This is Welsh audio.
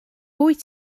wyt